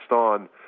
on